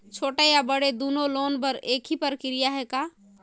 छोटे या बड़े दुनो लोन बर एक ही प्रक्रिया है का?